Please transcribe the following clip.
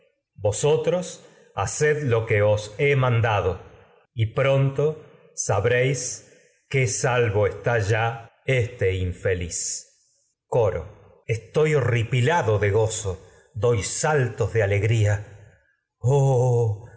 vosotros haced lo que os he mandado y pronto sabréis que salvo está ya este infeliz cono estoy horripilado de gozo doy saltos de